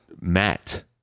Matt